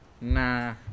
Nah